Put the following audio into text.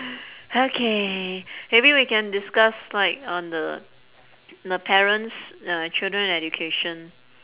okay maybe we can discuss like on the the parents ya children education